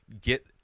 get